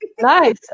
Nice